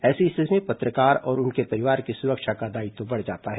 ऐसी स्थिति में पत्रकार और उनके परिवार की सुरक्षा का दायित्व बढ़ जाता है